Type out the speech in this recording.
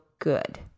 good